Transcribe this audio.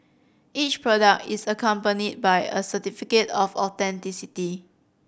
each product is accompanied by a certificate of authenticity